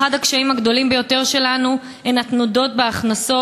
אחד הקשיים הגדולים ביותר שלנו הוא התנודות בהכנסות.